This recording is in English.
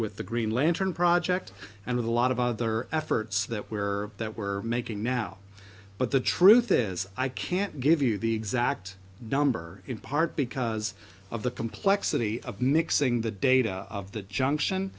with the green lantern project and of a lot of other efforts that we are that we're making now but the truth is i can't give you the exact number in part because of the complexity of mixing the data of the junction